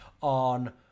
on